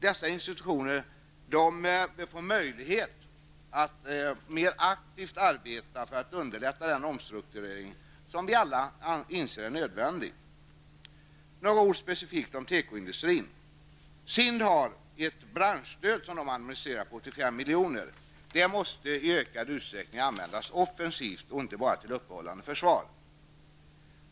Dessa institutioner bör få möjlighet att mer aktivt samarbeta för att underlätta den omstrukturering som vi alla inser är nödvändig. Några ord specifikt om tekoindustrin. SIND har ett branschstöd på 85 miljoner, som de administerar. Det måste i ökad utsträckning användas offensivt och inte bara till uppehållande försvar.